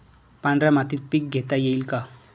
पांढऱ्या मातीत पीक घेता येईल का?